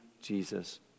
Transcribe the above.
Jesus